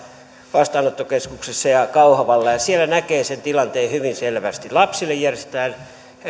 vastaanottokeskuksessa ja kauhavalla ja siellä näkee sen tilanteen hyvin selvästi lapsille järjestetään